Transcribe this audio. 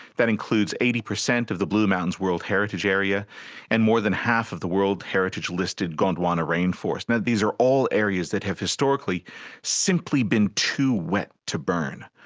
that includes eighty percent of the blue mountains world heritage area and more than half of the world heritage listed gondwana rainforest. and these are all areas that have historically simply been too wet to burn.